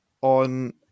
on